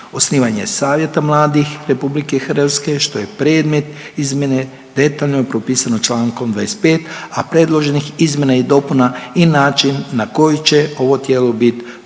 osnivanje Savjeta mladih RH, što je predmet izmjene detaljno je propisano čl. 25, a predloženih izmjena i dopuna i način na koji će ovo tijelo bit